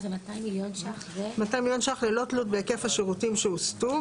200 מיליון ₪ ללא תלות בהיקף השירותים שהוסטו,